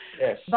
Yes